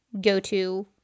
go-to